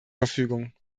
verfügung